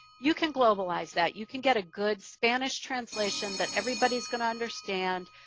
you can globalize that you can get a good spanish translation that everybody's going to understand,